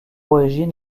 origine